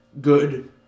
good